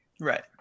Right